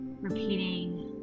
repeating